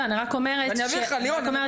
לירון, אני אעביר לך.